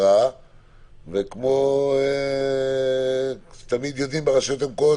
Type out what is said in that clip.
כבר היו לנו כמה מקומות שזה גרם לפגיעה בכלי רכב שהציבו לא נכון.